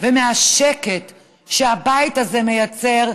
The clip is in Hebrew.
ומהשקט שהבית הזה מייצר,